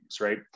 right